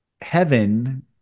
heaven